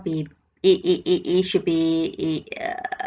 be it it it it should be it err